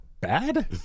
bad